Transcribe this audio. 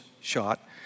shot